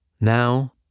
Now